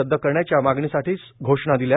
रद्द करण्याच्या मागणीसाठी घोषणा दिल्या